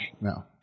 No